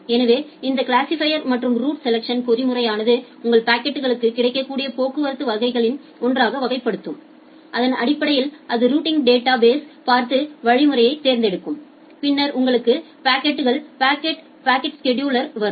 எனவே இந்த கிளாசிபைர் மற்றும் ரூட் செலேச்டின் பொறிமுறையானது உங்கள் பாக்கெட்களுக்கு கிடைக்கக்கூடிய போக்குவரத்து வகைகளில் ஒன்றாக வகைப்படுத்தும் அதன் அடிப்படையில் அது ரூட்டிங் டேட்டா பேஸ்யை பார்த்து வழியைத் தேர்ந்தெடுக்கும் பின்னர் உங்கள் பாக்கெட்கள் பாக்கெட் ஸ்செதுலேருக்கு வரும்